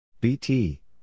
BT